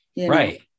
right